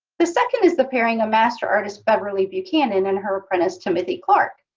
the second is the pairing of master artist beverley buchanan and her apprentice timothy clarke.